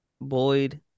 Boyd